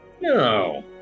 No